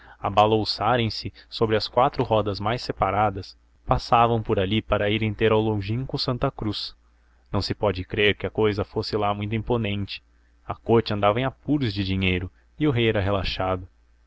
a balouçarem se sobre as quatro rodas muito separadas passavam por ali para irem ter ao longínquo santa cruz não se pode crer que a cousa fosse lá muito imponente a corte andava em apuros de dinheiro e o rei era relaxado